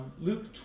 Luke